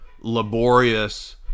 laborious